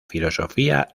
filosofía